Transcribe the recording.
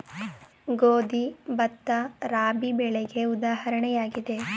ಗೋಧಿ, ಭತ್ತ, ರಾಬಿ ಬೆಳೆಗೆ ಉದಾಹರಣೆಯಾಗಿದೆ